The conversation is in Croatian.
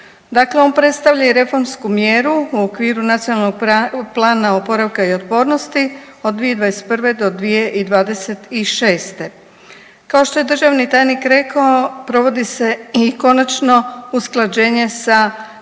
Dakle, on predstavlja i reformsku mjeru u okviru NPOO-a od 2021. do 2026.. Kao što je državni tajnik rekao provodi se i konačno usklađenje sa Direktivom